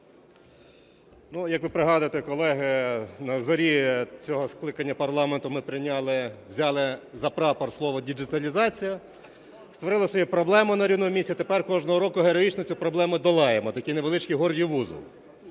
як ви пригадуєте, колеги, на зорі цього скликання парламенту ми прийняли, взяли за прапор слово "діджиталізація", створили собі проблему на рівному місці, тепер кожного року героїчно цю проблему долаємо, такий невеличкий гордіїв вузол.